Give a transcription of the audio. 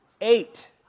eight